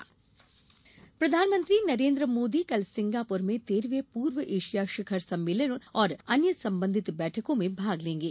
Modi Singapore प्रधानमंत्री नरेंद्र मोदी कल Singapore में तेरहवें पूर्व एशिया शिखर सम्मेलन और अन्य संबंधित बैठकों में भाग लेंगे